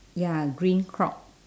ya green clock